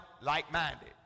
like-minded